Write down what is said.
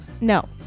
No